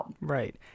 Right